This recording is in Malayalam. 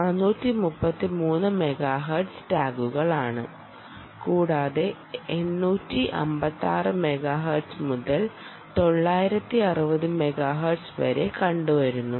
UHF 433 MHz ടാഗുകളാണ് കൂടാതെ 856 MHz മുതൽ 960 MHz വരെ കണ്ടു വരുന്നു